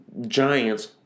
Giants